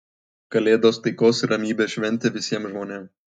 kalėdos taikos ir ramybės šventė visiem žmonėm